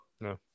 No